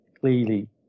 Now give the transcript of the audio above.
clearly